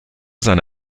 seine